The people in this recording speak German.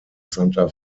santa